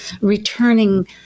returning